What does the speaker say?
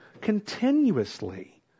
Continuously